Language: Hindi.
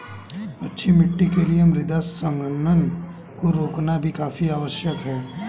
अच्छी मिट्टी के लिए मृदा संघनन को रोकना भी काफी आवश्यक है